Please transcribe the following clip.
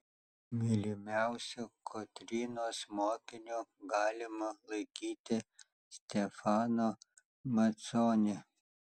mylimiausiu kotrynos mokiniu galima laikyti stefano maconi